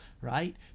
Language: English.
right